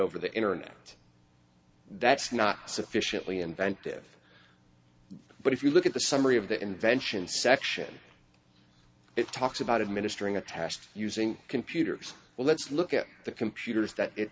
over the internet that's not sufficiently inventive but if you look at the summary of the invention section it talks about administering a task using computers well let's look at the computers that it